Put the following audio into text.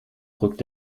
rückt